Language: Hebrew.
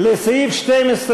לסעיף 12 נתקבלה.